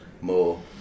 more